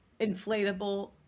inflatable